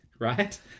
right